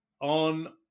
on